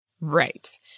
Right